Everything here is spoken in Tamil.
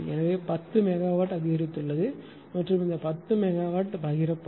எனவே 10 மெகாவாட் அதிகரித்துள்ளது மற்றும் இந்த 10 மெகாவாட் பகிரப்படும்